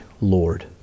Lord